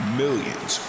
millions